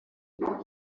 nyuma